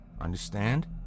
understand